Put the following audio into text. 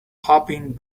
popping